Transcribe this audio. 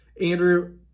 andrew